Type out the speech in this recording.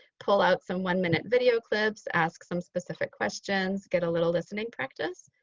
pull out some one minute video clips, ask some specific questions, get a little listening practice.